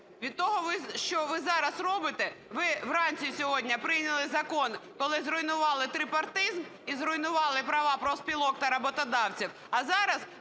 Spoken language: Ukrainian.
Від того, що ви зараз робите, ви вранці сьогодні прийняли закон, коли зруйнували трипартизм і зруйнували права профспілок та роботодавців, а зараз